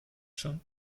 schon